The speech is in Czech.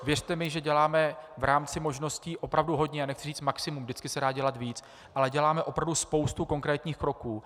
Věřte mi, že děláme v rámci možností opravdu hodně, nechci říct maximum, vždycky se dá dělat víc, ale děláme opravdu spoustu konkrétních kroků.